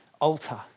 altar